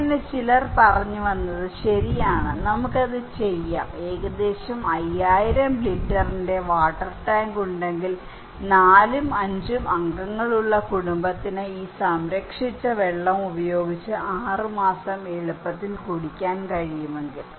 അങ്ങനെ ചിലർ പറഞ്ഞു വന്നത് ശരിയാണ് നമുക്കത് ചെയ്യാം ഏകദേശം 5000 ലിറ്ററിന്റെ വാട്ടർ ടാങ്ക് ഉണ്ടെങ്കിൽ 4ഉം 5ഉം അംഗങ്ങളുള്ള കുടുംബത്തിന് ഈ സംരക്ഷിച്ച വെള്ളം ഉപയോഗിച്ച് 6 മാസം എളുപ്പത്തിൽ കുടിക്കാൻ കഴിയുമെങ്കിൽ